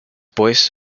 pues